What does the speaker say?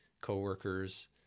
coworkers